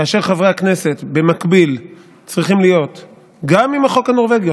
כאשר חברי הכנסת במקביל צריכים להיות גם עם החוק הנורבגי,